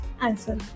answer